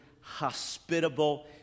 hospitable